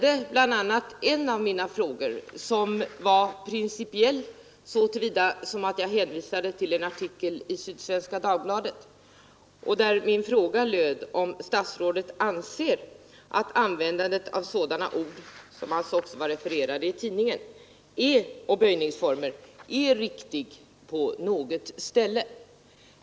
En av de frågor jag ställde var principiell så till vida att jag hänvisade till en artikel i Sydsvenska Dagbladet. Min fråga löd: Anser statsrådet att användandet av sådana ord och böjningsformer som var refererade i tidningen är riktigt på något ställe?